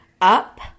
up